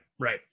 right